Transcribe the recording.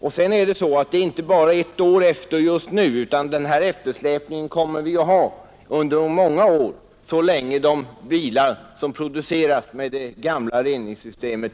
Och det är inte bara så att vi ligger ett år efter just nu, utan den här eftersläpningen kommer vi att ha lika länge som vi tillåter att bilar produceras med det gamla reningssystemet.